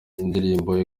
indirimbo